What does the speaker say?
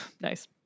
Nice